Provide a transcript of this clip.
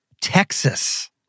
Texas